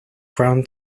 ground